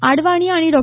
आडवाणी आणि डॉ